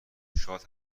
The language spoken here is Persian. شاد